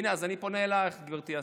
הינה, אז אני פונה אלייך, גברתי השרה.